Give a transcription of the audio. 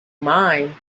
mine